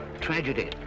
tragedy